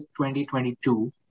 2022